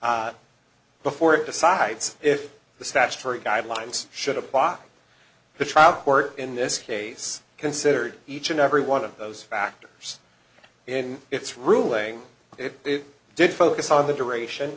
before it decides if the statutory guidelines should apply the trial court in this case considered each and every one of those factors in its ruling it did focus on the duration